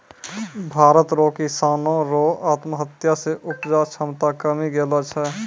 भारत रो किसानो रो आत्महत्या से उपजा क्षमता कमी गेलो छै